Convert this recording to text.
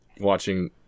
watching